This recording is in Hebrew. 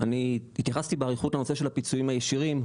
אני התייחסתי באריכות לנושא של הפיצויים הישירים,